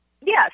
yes